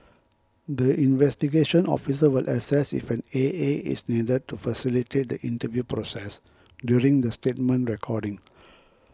the investigation officer will assess if an A A is needed to facilitate the interview process during the statement recording